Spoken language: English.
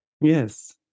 Yes